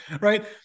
right